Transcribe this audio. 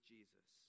Jesus